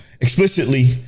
Explicitly